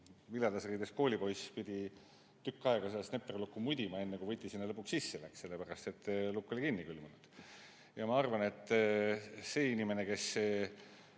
viledas riides koolipoiss pidi tükk aega seda snepperlukku mudima, enne kui võti sinna lõpuks sisse läks, sellepärast et lukk oli kinni külmunud. Ma arvan, et see inimene, kes